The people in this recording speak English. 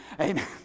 Amen